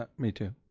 ah me too.